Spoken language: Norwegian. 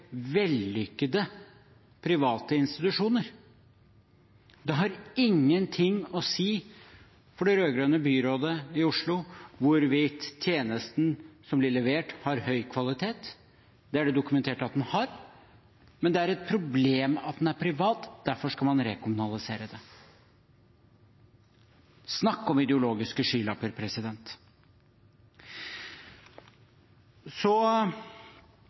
vellykkede private institusjoner. Det har ingenting å si for det rød-grønne byrådet i Oslo hvorvidt tjenesten som blir levert, har høy kvalitet – det er det dokumentert at den har. Men det er et problem at den er privat – derfor skal man rekommunalisere den. Snakk om ideologiske skylapper. Så